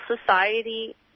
society